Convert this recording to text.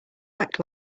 act